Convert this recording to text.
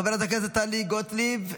חברת הכנסת טלי גוטליב,